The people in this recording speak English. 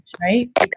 right